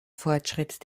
fortschritt